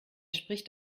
spricht